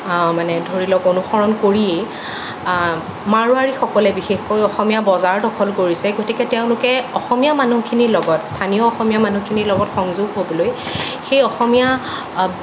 মানে ধৰি লওক অনুসৰণ কৰিয়েই মাৰুৱাৰীসকলে বিশেষকৈ অসমীয়া বজাৰ দখল কৰিছে গতিকে তেওঁলোকে অসমীয়া মানুহখিনিৰ লগত স্থানীয় অসমীয়া মানুহখিনিৰ লগত সংযোগ হ'বলৈ সেই অসমীয়া